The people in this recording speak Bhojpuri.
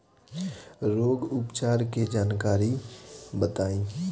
रोग उपचार के जानकारी बताई?